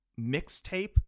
mixtape